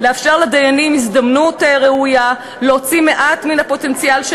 לאפשר לדיינים הזדמנות ראויה להוציא מעט מן הפוטנציאל של